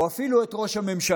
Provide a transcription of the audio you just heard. או אפילו את ראש הממשלה,